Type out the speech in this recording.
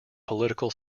political